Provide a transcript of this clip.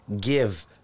give